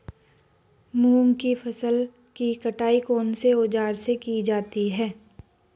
मूंग की फसल की कटाई कौनसे औज़ार से की जाती है?